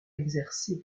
exercée